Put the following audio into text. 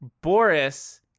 Boris